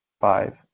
five